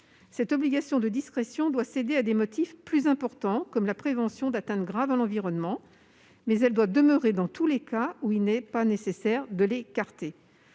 Cette obligation de discrétion doit céder à des motifs plus importants comme la prévention d'atteintes graves à l'environnement, mais elle doit demeurer dans tous les cas où il n'est pas nécessaire de l'écarter.